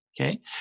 Okay